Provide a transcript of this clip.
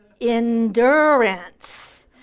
endurance